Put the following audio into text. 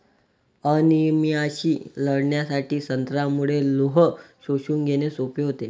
अनिमियाशी लढण्यासाठी संत्र्यामुळे लोह शोषून घेणे सोपे होते